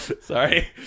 sorry